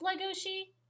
Legoshi